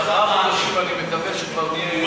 לאחר ארבעה חודשים אני כבר מקווה באיזושהי,